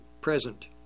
present